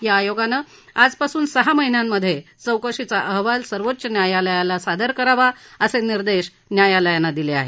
या आयोगानं आजपासून सहा महिन्यांमध्ये चौकशीचा अहवाल सर्वोच्च न्यायालयाला सादर करावा असे निर्देशही न्यायालयानं दिले आहेत